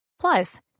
Plus